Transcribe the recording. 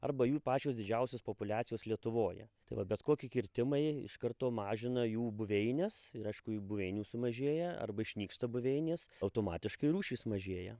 arba jų pačios didžiausios populiacijos lietuvoje tai va bet koki kirtimai iš karto mažina jų buveines ir aišku jų buveinių sumažėja arba išnyksta buveinės automatiškai rūšys mažėja